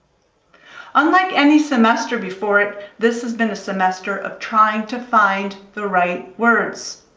unlike any semester before it, this has been a semester of trying to find the right words.